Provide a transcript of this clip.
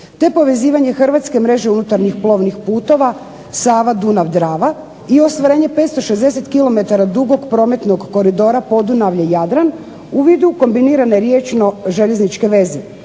te povezivanje Hrvatske mreže unutarnjih plovnih putova Sava-Dunav-Draga i ostvarenje 560 kilometara dugog plovnog koridora Podunavlje Jadran u vidu koordinirane riječno željezničke veze,